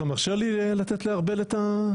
אתה מרשה לי לתת לארבל את ההסבר?